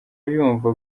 yumva